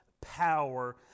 power